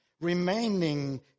remaining